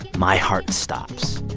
my heart stops.